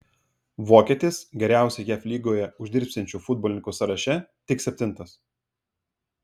vokietis geriausiai jav lygoje uždirbsiančių futbolininkų sąraše tik septintas